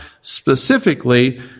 specifically